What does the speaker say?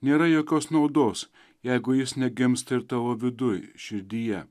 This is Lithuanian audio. nėra jokios naudos jeigu jis negimsta ir tavo viduj širdyje